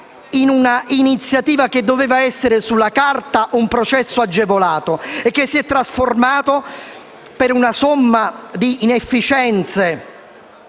in un'iniziativa che doveva essere sulla carta un processo agevolato e che si è trasformata, per una somma di inefficienze